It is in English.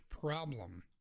problem